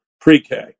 pre-K